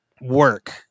work